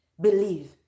believe